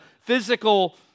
physical